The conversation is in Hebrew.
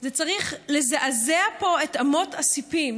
זה צריך לזעזע פה את אמות הסיפים,